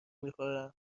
میخورم